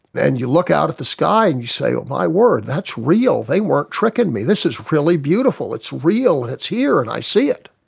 and you look out at the sky and you say, my word, that's real, they weren't tricking me, this is really beautiful, it's real and it's here and i see it.